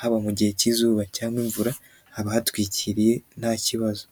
haba mu gihe k'izuba cyangwa k'imvura haba hatwikiriye nta kibazo.